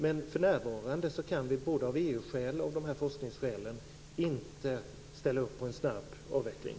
Men för närvarande kan vi både av EU-skäl och av forskningsskäl inte ställa upp på en snabb avveckling.